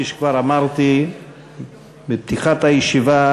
כפי שכבר אמרתי בפתיחת הישיבה,